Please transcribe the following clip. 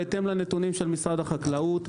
בהתאם לנתונים של משרד החקלאות.